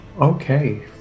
Okay